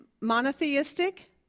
monotheistic